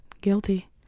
guilty